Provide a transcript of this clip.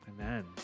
amen